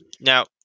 Now